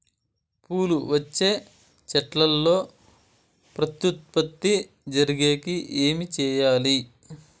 పూలు వచ్చే చెట్లల్లో ప్రత్యుత్పత్తి జరిగేకి ఏమి చేయాలి?